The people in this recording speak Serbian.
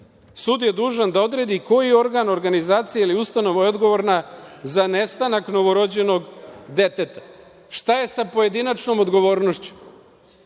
sud je dužan da odredi koji organ, organizacija ili ustanova je odgovorna za nestanak novorođenog deteta“.Šta je sa pojedinačnom odgovornošću?